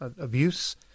abuse